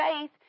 faith